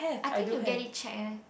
I think you get it check leh